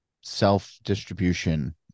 self-distribution